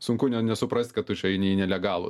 sunku ne nesuprast kad tu čia eini į nelegalų